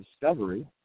discovery